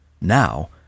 Now